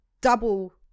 double